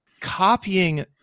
copying